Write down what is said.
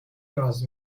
ناز